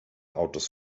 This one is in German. autos